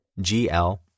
GL